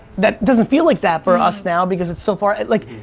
that doesn't feel like that for us now, because it's so far. like,